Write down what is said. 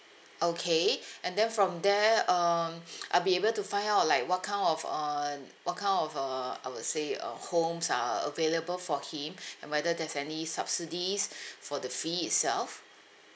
okay and then from there um I'll be able to find out like what kind of um what kind of uh I would say uh homes are available for him and whether there's any subsidies for the fee itself